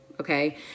Okay